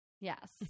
Yes